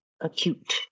acute